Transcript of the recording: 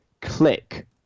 click